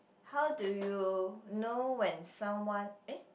how do know when someone !eh!